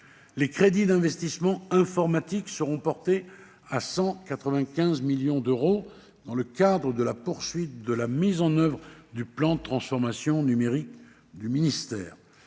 Les crédits alloués aux investissements informatiques seront portés à 195 millions d'euros dans le cadre de la poursuite de la mise en oeuvre du plan de transformation numérique du ministère.